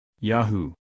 Yahoo